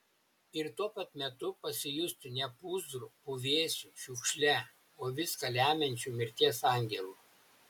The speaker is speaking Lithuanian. ir tuo pat metu pasijusti ne pūzru puvėsiu šiukšle o viską lemiančiu mirties angelu